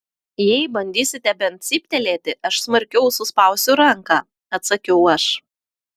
jei bandysite bent cyptelėti aš smarkiau suspausiu ranką atsakiau aš